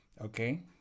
Okay